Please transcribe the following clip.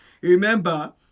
remember